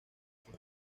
sus